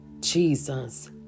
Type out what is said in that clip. Jesus